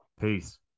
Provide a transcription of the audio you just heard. Peace